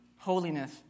Holiness